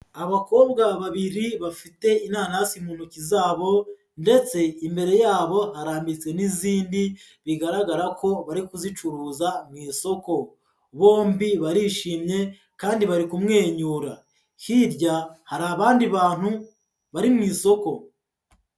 Abakobwa babiri bafite inanasi mu ntoki zabo ndetse imbere yabo harambitse n'izindi bigaragara ko bari kuzicuruza mu isoko, bombi barishimye kandi bari kumwenyura, hirya hari abandi bantu bari mu isoko.